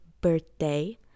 birthday